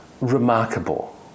remarkable